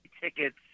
tickets